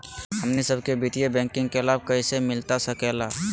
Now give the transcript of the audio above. हमनी सबके वित्तीय बैंकिंग के लाभ कैसे मिलता सके ला?